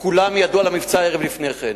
כולם ידעו על המבצע ערב לפני כן.